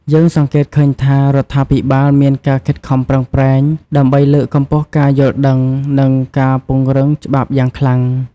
យើងសង្កេតឃើញថា រដ្ឋាភិបាលមានការខិតខំប្រឹងប្រែង ដើម្បីលើកកម្ពស់ការយល់ដឹង និងការពង្រឹងច្បាប់យ៉ាងខ្លាំង។